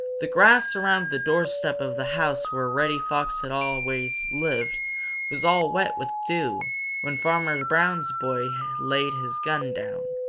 the grass around the doorstep of the house where reddy fox had always lived was all wet with dew when farmer brown's boy laid his gun down,